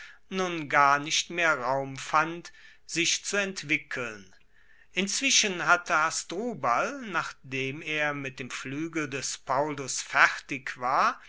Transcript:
nun gar nicht mehr raum fand sich zu entwickeln inzwischen hatte hasdrubal nachdem er mit dem fluegel des paullus fertig war